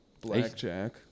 blackjack